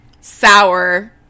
sour